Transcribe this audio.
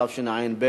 התשע"ב